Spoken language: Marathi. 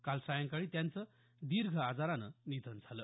काल सायंकाळी त्यांचं दीर्घ आजारानं निधन झालं